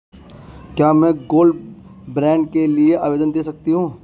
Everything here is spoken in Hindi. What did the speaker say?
क्या मैं गोल्ड बॉन्ड के लिए आवेदन दे सकती हूँ?